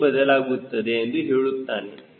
G ಬದಲಾಗುತ್ತದೆ ಎಂದು ಹೇಳುತ್ತಾನೆ